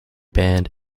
band